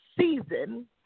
season